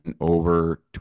over